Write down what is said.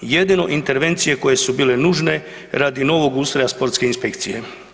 Jedino intervencije koje su bile nužne radi novog ustroja sportske inspekcije.